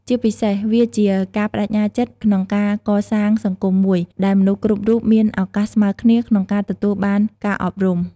ជាពិសេស វាជា ការប្ដេជ្ញាចិត្ត ក្នុងការ កសាងសង្គមមួយ ដែលមនុស្សគ្រប់រូបមាន ឱកាសស្មើគ្នា ក្នុងការ ទទួលបានការអប់រំ។